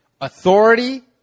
authority